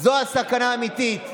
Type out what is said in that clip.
הסכנה האמיתית,